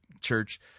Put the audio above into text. church